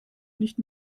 nicht